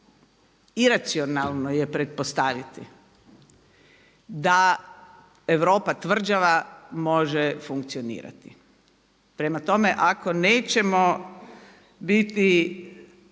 iracionalno je pretpostaviti da Europa tvrđava može funkcionirati. Prema tome, ako nećemo biti